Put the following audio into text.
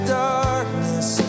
darkness